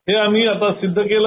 हे आम्ही आता सिध्द केलं